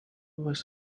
was